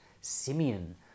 Simeon